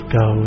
go